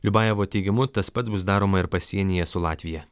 liubajevo teigimu tas pats bus daroma ir pasienyje su latvija